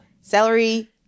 Celery